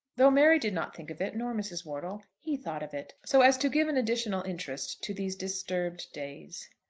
though mary did not think of it, nor mrs. wortle, he thought of it so as to give an additional interest to these disturbed days.